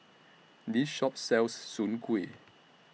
This Shop sells Soon Kuih